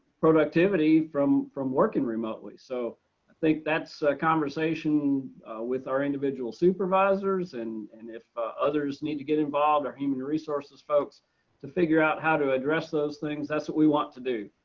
productivity from from working remotely, so i think that's a conversation with our individual supervisors and and if others need to get involved or human resources folks to figure out how to address those things that's what we want to do.